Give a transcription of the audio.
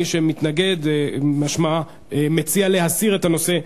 מי שמתנגד משמע שהוא מציע להסיר את הנושא מסדר-היום.